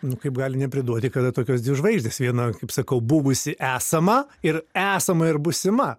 nu kaip gali nepriduoti kada tokios dvi žvaigždės viena kaip sakau buvusi esama ir esama ir būsima